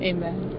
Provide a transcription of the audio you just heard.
Amen